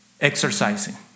Exercising